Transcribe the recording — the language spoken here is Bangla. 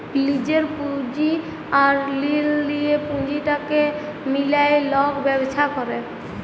লিজের পুঁজি আর ঋল লিঁয়ে পুঁজিটাকে মিলায় লক ব্যবছা ক্যরে